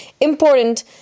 important